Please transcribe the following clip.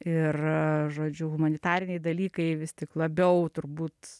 ir žodžiu humanitariniai dalykai vis tik labiau turbūt